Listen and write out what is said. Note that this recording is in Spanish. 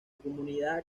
comunidad